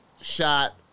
shot